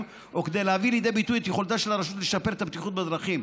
או כדי להביא לידי ביטוי את יכולתה של הרשות לשפר את הבטיחות בדרכים.